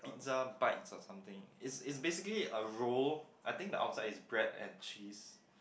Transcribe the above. pizza bites or something it's it's basically a roll I think the outside is bread and cheese